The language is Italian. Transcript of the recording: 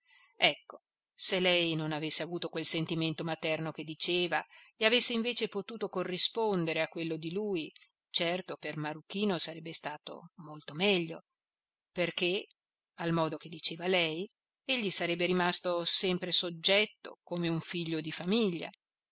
ecco se lei non avesse avuto quel sentimento materno che diceva e avesse invece potuto corrispondere a quello di lui certo per marruchino sarebbe stato molto meglio perché al modo che diceva lei egli sarebbe rimasto sempre soggetto come un figlio di famiglia